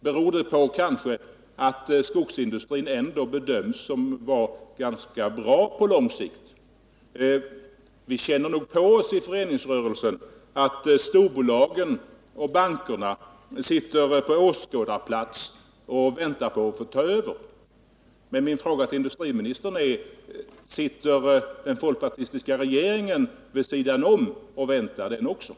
Beror det kanske på att skogsindustrin ändå bedöms vara ganska stabil på längre sikt? Vi i föreningsrörelsen känner nog på oss att storbolagen och bankerna sitter på åskådarplats och väntar på att få ta över. Min fråga till industriministern lyder: Sitter också den folkpartistiska regeringen på sidan om och väntar?